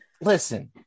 Listen